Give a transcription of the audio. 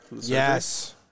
Yes